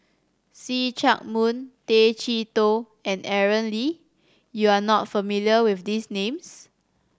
See Chak Mun Tay Chee Toh and Aaron Lee you are not familiar with these names